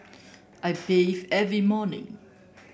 I bathe every morning